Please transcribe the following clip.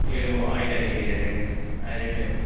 गेलेमु आयदानि गेजेरजोंनो जों